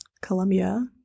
Columbia